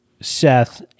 Seth